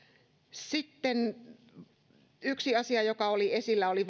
sitten yksi asia joka oli esillä oli